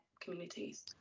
communities